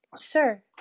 Sure